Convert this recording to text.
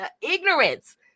ignorance